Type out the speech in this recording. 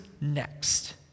next